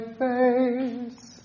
face